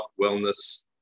wellness